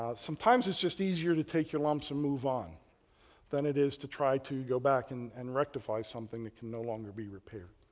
sometimes it's just easier to take your lumps and move on than it is to try to go back and and rectify something that can no longer be repaired,